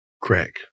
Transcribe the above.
crack